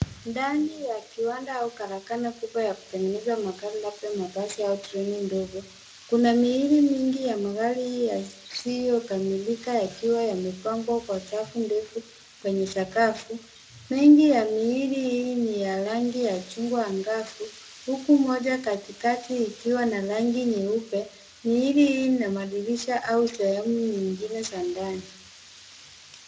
Ndani ya kiwanda au karakana kubwa ya kutengeneza magari labda mabasi au treni ndogo. Kuna miili mingi ya magari yasiyo kamilika yakiwa yamepangwa kwa safu ndefu kwenye sakafu. Mengi ya miili hii ni ya rangi ya chungwa angavu huku moja katikati ikiwa na rangi nyeupe. Miili hii ina madirisha au sehemu nyingine za ndani.